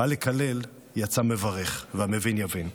שבא לקלל ויצא מברך, והמבין יבין.